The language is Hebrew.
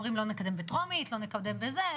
אומרים, לא נקדם בטרומית, לא נקדם בזה.